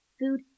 food